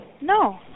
No